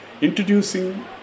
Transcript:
introducing